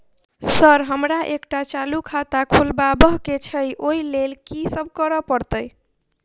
Sir हमरा एकटा चालू खाता खोलबाबह केँ छै ओई लेल की सब करऽ परतै?